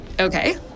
Okay